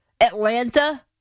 Atlanta